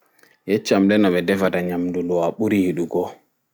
Yeccam le no ɓe ɗefata nyamɗu nɗu a ɓuri yiɗugo